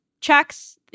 checks